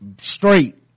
straight